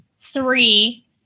three